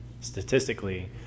statistically